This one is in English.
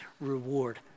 reward